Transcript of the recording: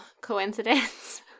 coincidence